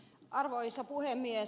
arvoisa puhemies